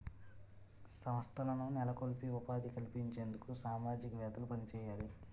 సంస్థలను నెలకొల్పి ఉపాధి కల్పించేందుకు సామాజికవేత్తలు పనిచేయాలి